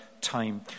time